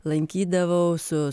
lankydavau su